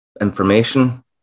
information